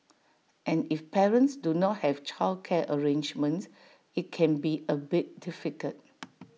and if parents do not have childcare arrangements IT can be A bit difficult